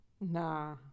Nah